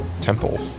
temple